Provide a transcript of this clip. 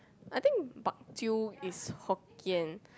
I think bak chew is Hokkien